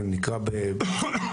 זה נקרא חמולות,